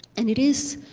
and it is